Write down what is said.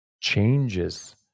changes